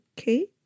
okay